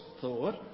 thought